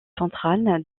centrale